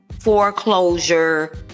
foreclosure